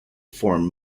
form